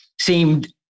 seemed –